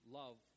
love